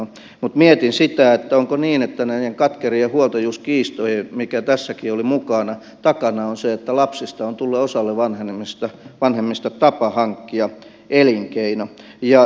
mutta mietin sitä onko niin että näiden katkerien huoltajuuskiistojen mikä tässäkin oli mukana takana on se että lapsesta on tullut osalle vanhemmista tapa hankkia elinkeino